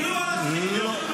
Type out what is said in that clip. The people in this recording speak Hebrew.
חבר'ה,